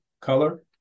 color